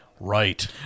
right